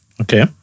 Okay